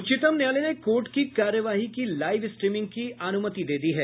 उच्चतम न्यायालय ने कोर्ट की कार्यवाही की लाइव स्ट्रीमिंग की अनुमति दे दी है